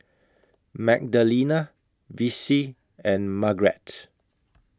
Magdalena Vicie and Margret